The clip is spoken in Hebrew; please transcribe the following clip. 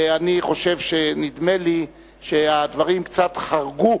אני חושב, נדמה לי, שהדברים קצת חרגו